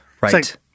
Right